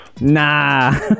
Nah